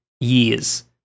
years